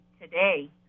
today